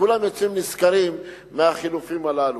וכולם יוצאים נשכרים מהחילופין הללו.